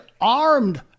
armed